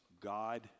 God